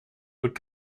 would